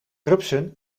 rupsen